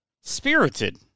spirited